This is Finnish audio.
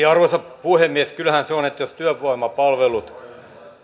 arvoisa puhemies kyllähän se on niin että jos työvoimapalvelut